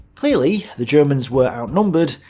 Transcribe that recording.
clearly the germans were outnumbered,